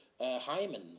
hymen